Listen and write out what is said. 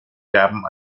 gaben